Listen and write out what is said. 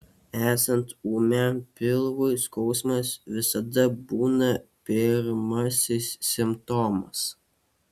esant ūmiam pilvui skausmas visada būna pirmasis simptomas